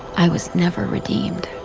i was never redeemed.